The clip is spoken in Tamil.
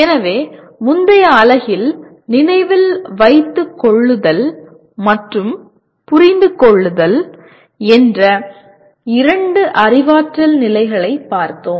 எனவே முந்தைய அலகில் நினைவில் வைத்துக் கொள்ளுதல் மற்றும் புரிந்துகொள்ளுதல் என்ற இரண்டு அறிவாற்றல் நிலைகளைப் பார்த்தோம்